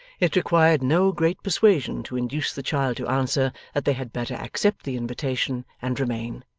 it required no great persuasion to induce the child to answer that they had better accept the invitation and remain.